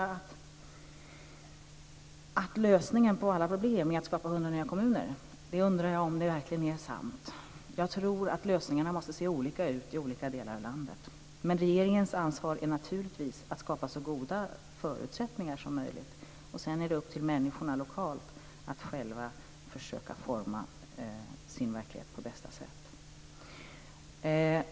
Att lösningen av alla problem är att skapa 100 nya kommuner undrar jag verkligen om det är sant. Jag tror att lösningarna måste se olika ut i olika delar av landet. Men regeringens ansvar är naturligtvis att skapa så goda förutsättningar som möjligt. Sedan är det upp till människorna lokalt att själva försöka forma sin verklighet på bästa sätt.